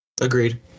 Agreed